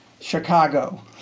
Chicago